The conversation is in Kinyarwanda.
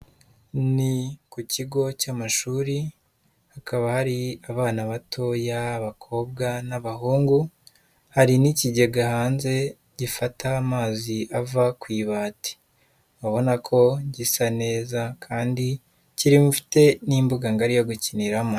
Ni ku kigo cy'amashuri hakaba hari abana batoya abakobwa n'abahungu, hari n'ikigega hanze gifata amazi ava ku ibati, abona ko gisa neza kandi gifite n'imbuga ngari yo gukiniramo.